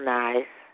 nice